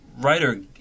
writer